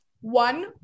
one